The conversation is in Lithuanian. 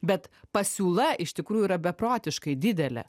bet pasiūla iš tikrųjų yra beprotiškai didelė